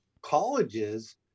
colleges